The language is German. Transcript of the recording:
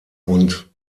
und